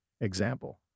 Example